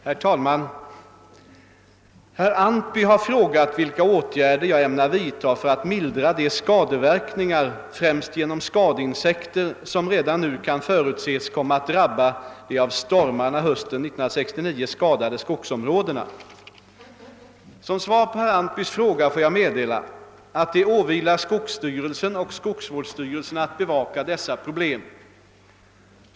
Herr talman! Herr Antby har frågat vilka åtgärder jag ämnar vidta för att mildra de skadeverkningar, främst genom skadeinsekter, som redan nu kan förutses komma att drabba de av stormarna hösten 1969 skadade skogsområdena. Som svar på herr Antbys fråga får jag meddela, att det åvilar skogsstyrelsen och skogsvårdsstyrelserna att bevaka dessa problem.